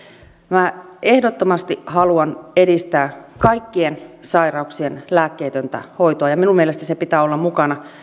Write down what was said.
minä ehdottomasti haluan edistää kaikkien sairauksien lääkkeetöntä hoitoa ja minun mielestäni pitää olla mukana